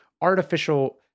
artificial